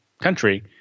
country